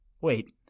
Wait